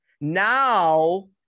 Now